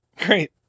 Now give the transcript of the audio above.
Great